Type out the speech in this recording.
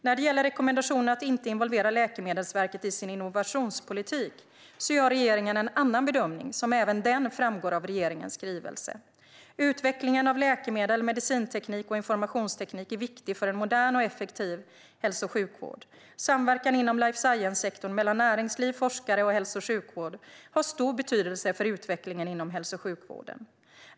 När det gäller rekommendationen att inte involvera Läkemedelsverket i sin innovationspolitik gör regeringen en annan bedömning, som även den framgår av regeringens skrivelse. Utvecklingen av läkemedel, medicinteknik och informationsteknik är viktig för en modern och effektiv hälso och sjukvård. Samverkan inom life science-sektorn mellan näringsliv, forskare och hälso och sjukvård har stor betydelse för utvecklingen inom hälso och sjukvården.